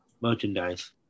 merchandise